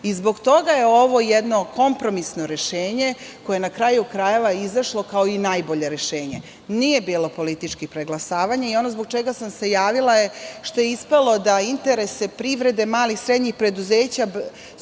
Zbog toga je ovo jedno kompromisno rešenje koje, na kraju krajeva, je izašlo kao i najbolje rešenje. Nije bilo političkog preglasavanja. Ono zbog čega sam se javila jeste što je ispalo da su interesi privrede, malih, srednjih preduzeća su